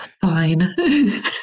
Fine